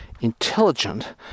intelligent